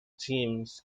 teams